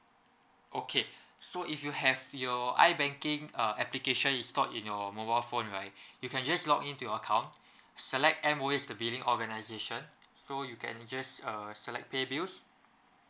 okay so if you have your I banking uh application installed in your mobile phone right you can just login to your account select M_O_E as the billing organisation so you can just uh select pay bills